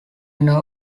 winner